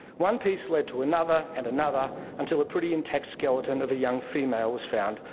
one piece led to another and another until a pretty intact skeleton of a young female was found,